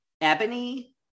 Ebony